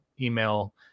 email